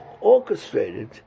orchestrated